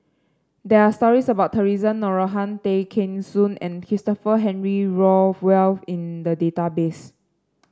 there are stories about Theresa Noronha Tay Kheng Soon and Christopher Henry Rothwell in the database